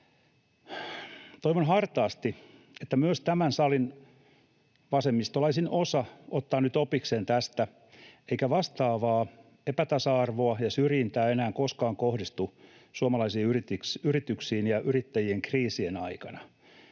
Toivon hartaasti, että myös tämän salin vasemmistolaisin osa ottaa nyt opikseen tästä eikä vastaavaa epätasa-arvoa ja syrjintää enää koskaan kohdistu suomalaisiin yrityksiin ja yrittäjiin kriisien aikana